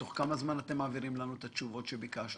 תוך כמה זמן אתם מעבירים לנו את התשובות שביקשנו?